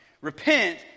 Repent